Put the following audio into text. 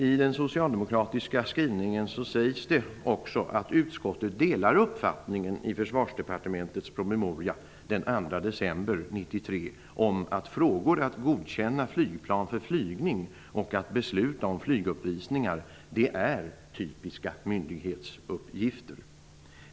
I den socialdemokratiska skrivningen sägs det att utskottet delar uppfattningen i december 1993 om att frågor som att godkänna flygplan för flygning och att besluta om flyguppvisningar är typiska myndighetsuppgifter.